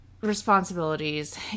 responsibilities